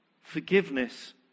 forgiveness